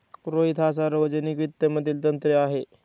रोहित हा सार्वजनिक वित्त मधील तज्ञ आहे